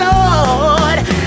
Lord